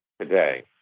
today